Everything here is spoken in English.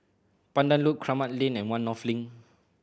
Pandan Loop Kramat Lane and One North Link